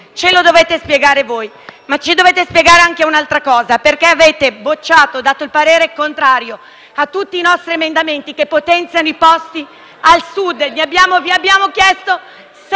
Ce lo dovete spiegare voi. Ci dovete spiegare anche un'altra cosa: perché avete bocciato e espresso il parere contrario a tutti i nostri emendamenti che potenziano i posti al Sud? Ministro, vi abbiamo chiesto 6.000